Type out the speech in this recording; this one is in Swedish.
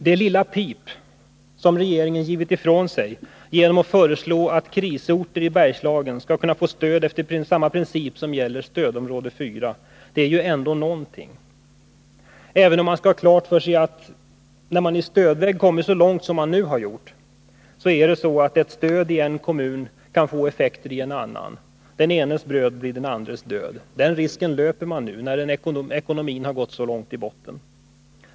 Det lilla ”pip” som regeringen givit ifrån sig genom att föreslå att krisorter skall kunna få stöd efter samma principer som gäller för stödområde 4 är ju ändå någonting, även om vi skall ha klart för oss att när man i stödväg kommit så långt som man nu har gjort är det så att ett stöd i en kommun kan få effekter ien annan. Den enes bröd blir den andres död. Den risken löper man nu när ekonomin har gått så långt i botten.